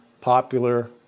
popular